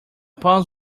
palms